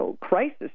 crisis